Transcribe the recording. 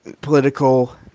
political